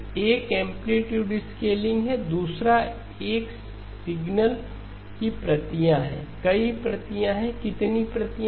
एकएंप्लीट्यूड scaling है दूसरा एक सिग्नल की प्रतियां हैं कई प्रतियां हैं कितनी प्रतियां हैं